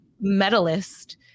medalist